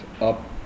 up